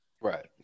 right